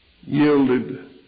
yielded